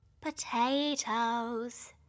potatoes